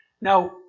Now